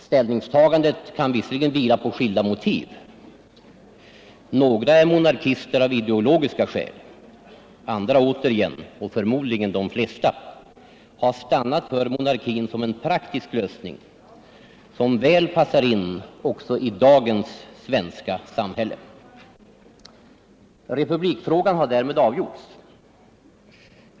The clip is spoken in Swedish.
Ställningstagandet kan visserligen vila på skilda motiv. Några är monarkister av ideologiska skäl, andra återigen — och förmodligen de flesta — har stannat för monarkin som en praktisk lösning, som väl passar in också i dagens svenska samhälle. Republikfrågan har därmed avgjorts.